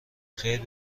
خیر